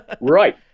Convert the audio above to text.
right